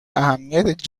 اهمیت